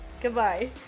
Goodbye